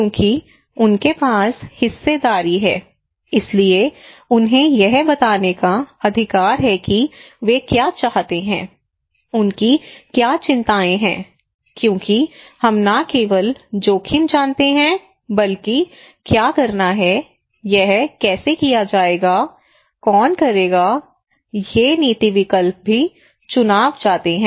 क्योंकि उनके पास हिस्सेदारी है इसलिए उन्हें यह बताने का अधिकार है कि वे क्या चाहते हैं उनकी क्या चिंताएं हैं क्योंकि हम न केवल जोखिम जानते हैं बल्कि क्या करना है यह कैसे किया जाएगा कौन करेगा ये नीति विकल्प भी चुनाव जानते हैं